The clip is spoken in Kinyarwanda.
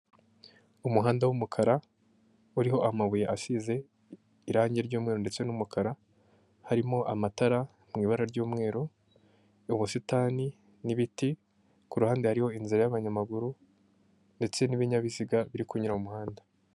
Umuhanda w'umukara uriho amabuye asize irangi ry'umweru ndetse n'umukara harimo amatara ari m'ibara ry'umweru ubusitani n'ibiti kuruhande hariho inzira y'abanyamaguru ndetse n'ibinyabiziga biri kunyura mu muhanda.